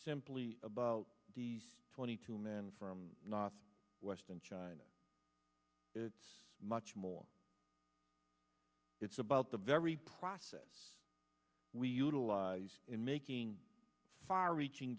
simply about the twenty two men from not western china it's much more it's about the very process we utilize in making far reaching